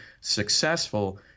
successful